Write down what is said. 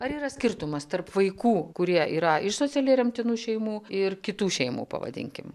ar yra skirtumas tarp vaikų kurie yra iš socialiai remtinų šeimų ir kitų šeimų pavadinkim